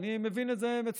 אני מבין את זה מצוין,